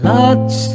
lots